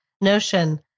notion